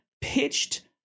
pitched